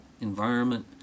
environment